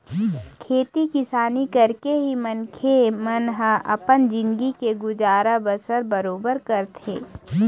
खेती किसानी करके ही मनखे मन ह अपन जिनगी के गुजर बसर बरोबर करथे